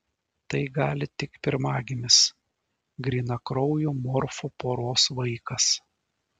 tai gali tik pirmagimis grynakraujų morfų poros vaikas